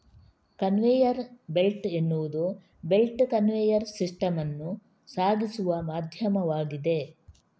conveyor belt ಎನ್ನುವುದು belt conveyor system ಅನ್ನು ಸಾಗಿಸುವ ಮಾಧ್ಯಮವಾಗಿದೆ